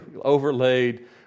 overlaid